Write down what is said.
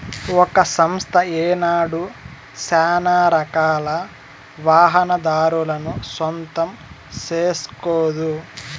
ఒక సంస్థ ఏనాడు సానారకాల వాహనాదారులను సొంతం సేస్కోదు